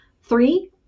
Three